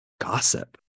gossip